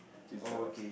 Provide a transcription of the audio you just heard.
this job ah